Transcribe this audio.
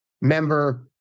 member